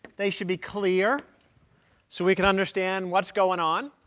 they should be clear so we can understand what's going on.